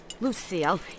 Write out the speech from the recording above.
Lucille